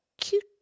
cute